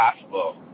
possible